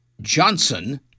Johnson